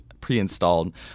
pre-installed